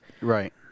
Right